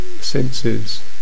senses